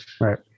right